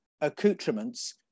accoutrements